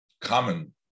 common